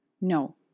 No